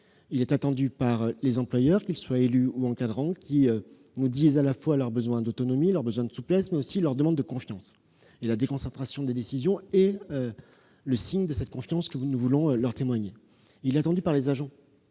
Il est attendu par les employeurs, qu'ils soient élus ou encadrants, qui expriment non seulement leur besoin d'autonomie et de souplesse, mais aussi leur demande de confiance. La déconcentration des décisions est le signe de cette confiance que nous voulons leur témoigner. Ce texte est également attendu par les agents.